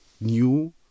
new